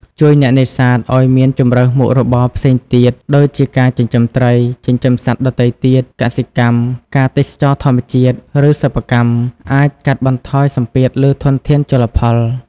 ជួយអ្នកនេសាទឱ្យមានជម្រើសមុខរបរផ្សេងទៀត ដូចជាការចិញ្ចឹមត្រី ចិញ្ចឹមសត្វដទៃទៀត កសិកម្ម ការទេសចរណ៍ធម្មជាតិ ឬសិប្បកម្ម អាចកាត់បន្ថយសម្ពាធលើធនធានជលផល។